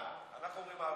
אנחנו אומרים ארבע.